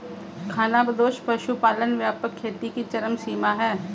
खानाबदोश पशुपालन व्यापक खेती की चरम सीमा है